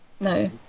no